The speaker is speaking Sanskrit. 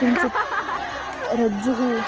किञ्चित् रज्जुः